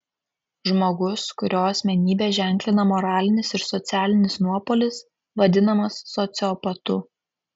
žmogus kurio asmenybę ženklina moralinis ir socialinis nuopolis vadinamas sociopatu